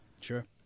Sure